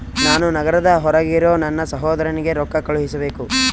ನಾನು ನಗರದ ಹೊರಗಿರೋ ನನ್ನ ಸಹೋದರನಿಗೆ ರೊಕ್ಕ ಕಳುಹಿಸಬೇಕು